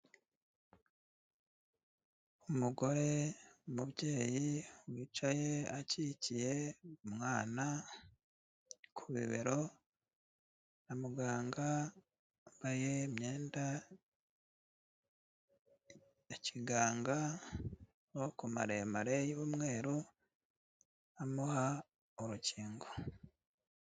Umugore, umubyeyi wicaye akikiye umwana ku bibero, na muganga wambaye imyenda ya kiganga y'amaboko maremare y'umweru, amuha urukingo.